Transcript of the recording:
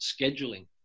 scheduling